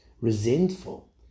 resentful